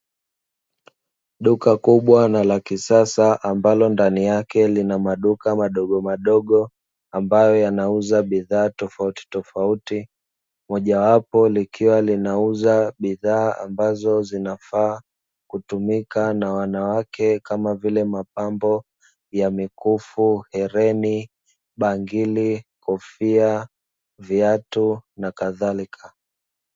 Duka dogo na la kisasa, ambalo ndani yake lina maduka madogo madogo ambayo yanauza bidhaa tofauti tofauti. Moja wapo nikiwa lina uza bidhaa ambazo zinafaa kutumika na wanawake, kama vile mapambo ya mikufu, hereni, bangili, viatu, na kadhalika.